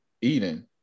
Eden